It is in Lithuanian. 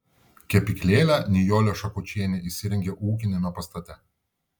kepyklėlę nijolė šakočienė įsirengė ūkiniame pastate